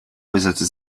äußerte